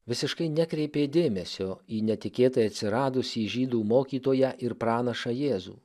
visiškai nekreipė dėmesio į netikėtai atsiradusį žydų mokytoją ir pranašą jėzų